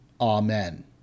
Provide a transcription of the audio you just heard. Amen